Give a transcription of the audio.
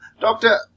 Doctor